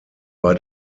war